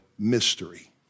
Mystery